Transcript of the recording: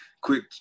Quick